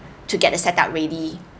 to get the set up ready